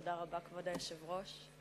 כבוד היושב-ראש,